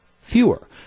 fewer